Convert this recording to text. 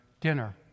dinner